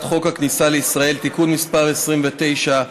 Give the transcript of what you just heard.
חוק הכניסה לישראל (תיקון מס' 29),